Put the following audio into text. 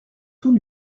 tout